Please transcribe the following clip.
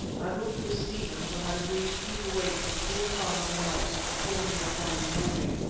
i thought it was stephen, who had agreed to keep awake for the first part of the night and to call me at one in the morning.